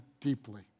deeply